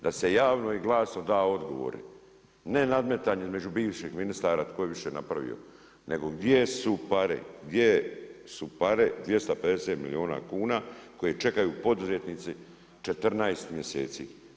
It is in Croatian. Da se javno i glasno da odgovor, ne nadmetanje između bivših ministara tko je više napravio, nego gdje su pare, gdje su pare 250 milijuna kuna, koji čekaju poduzetnici 14 mjesec?